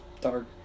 dark